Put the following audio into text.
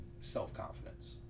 self-confidence